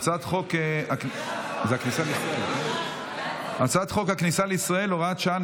הצעת חוק הכניסה לישראל (הוראת שעה,